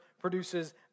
produces